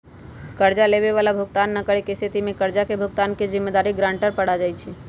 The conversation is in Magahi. कर्जा लेबए बला भुगतान न करेके स्थिति में कर्जा के भुगतान के जिम्मेदारी गरांटर पर आ जाइ छइ